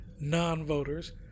non-voters